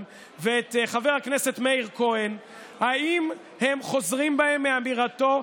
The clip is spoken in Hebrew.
ואת חבר הכנסת מאיר כהן אם הם חוזרים בהם מאמירתו,